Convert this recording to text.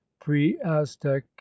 pre-aztec